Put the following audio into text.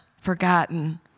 forgotten